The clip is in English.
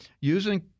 using